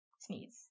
Sneeze